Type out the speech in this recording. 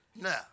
no